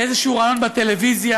לאיזשהו ריאיון בטלוויזיה,